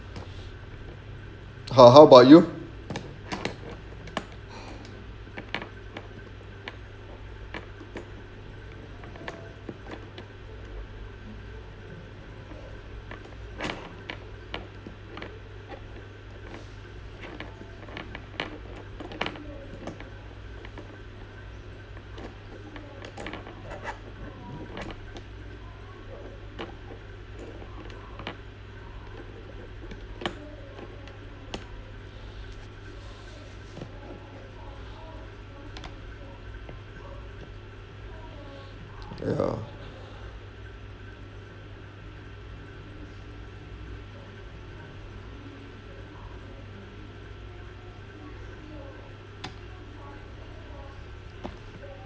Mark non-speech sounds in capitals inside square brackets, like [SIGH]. ha how about you [BREATH] ya